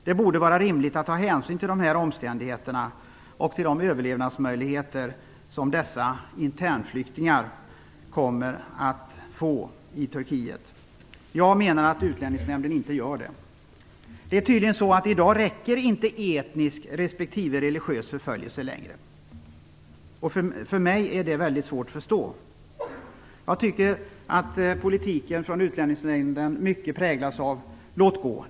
Det borde vara rimligt att ta hänsyn till dessa omständigheter och till de överlevnadsmöjligheter som dessa internflyktingar kommer att få i Turkiet. Jag menar att Utlänningsnämnden inte gör det. Det är tydligen så att det i dag inte längre räcker med etnisk respektive religiös förföljelse. För mig är det väldigt svårt att förstå. Jag tycker att agerandet från Utlänningsnämnden mycket präglas av "låt-gå".